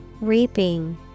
Reaping